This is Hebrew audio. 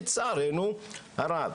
לצערנו הרב.